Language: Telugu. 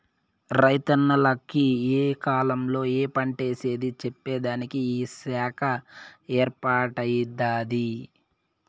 రైతన్నల కి ఏ కాలంలో ఏ పంటేసేది చెప్పేదానికి ఈ శాఖ ఏర్పాటై దాది